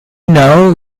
know